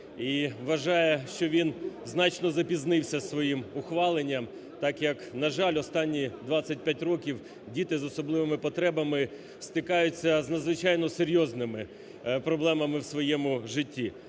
вважає, що він значно запізнився з своїм ухваленням так як, на жаль, останні 25 років діти з особливими потребами стикаються з надзвичайно серйозними проблемами в своєму житті.